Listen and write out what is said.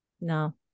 No